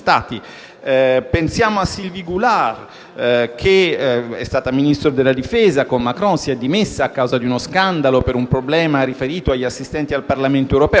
pensiamo a Sylvie Goulard, che è stata Ministro della difesa con Macron e si è dimessa a causa di uno scandalo per un problema riferito agli assistenti al Parlamento europeo.